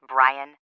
Brian